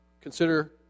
Consider